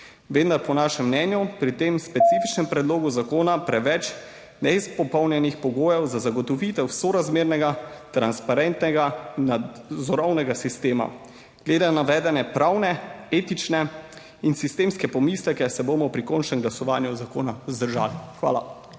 Vendar je po našem mnenju pri tem specifičnem predlogu zakona preveč neizpopolnjenih pogojev za zagotovitev sorazmernega, transparentnega nadzorovnega sistema glede na navedene pravne, etične in sistemske pomisleke se bomo pri končnem glasovanju zakona vzdržali. Hvala.